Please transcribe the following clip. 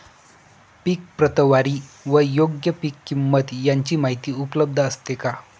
पीक प्रतवारी व योग्य पीक किंमत यांची माहिती उपलब्ध असते का?